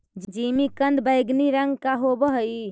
जिमीकंद बैंगनी रंग का होव हई